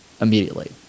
immediately